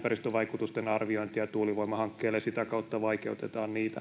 ympäristövaikutusten arviointia tuulivoimahankkeille ja sitä kautta vaikeutetaan niitä.